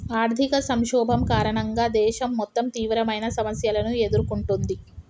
ఆర్థిక సంక్షోభం కారణంగా దేశం మొత్తం తీవ్రమైన సమస్యలను ఎదుర్కొంటుంది